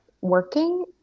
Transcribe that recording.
working